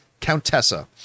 Countessa